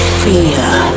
fear